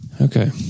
Okay